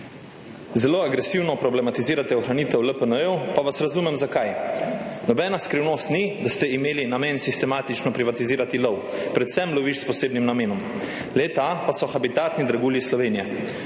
Zelo agresivno problematizirate ohranitev LPN, pa vas razumem zakaj. Nobena skrivnost ni, da ste imeli namen sistematično privatizirati lov, predvsem lovišč s posebnim namenom, le-ta pa so habitatni dragulji Slovenije.